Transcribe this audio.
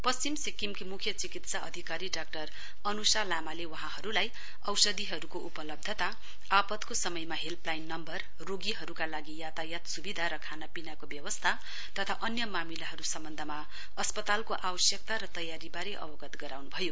पश्चिम सिक्किमकी मुख्य चिकित्सा अधिकारी डाक्टर अनुषा लामाले वहाँहरूलाई औषधिहरूको उपलब्ध आपतको समयमा हेल्पलाइन नम्बर रोगीहरूका लागि यातायात सुविधा र खानापिनाको व्यवस्था तथा अन्य मामिलाहरू सम्वन्धमा अस्पतालको आवश्यकता र तयारीबारे अवगत गराउनु भयो